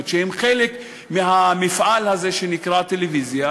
שהן חלק מהמפעל הזה שנקרא טלוויזיה.